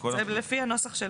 זאת אומרת שזה לפי הנוסח,